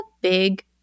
big